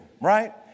right